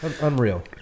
Unreal